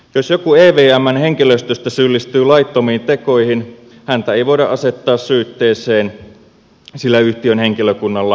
jos joku evmn henkilöstöstä syyllistyy laittomiin tekoihin häntä ei voida asettaa syytteeseen sillä yhtiön henkilökunnalla on syytesuoja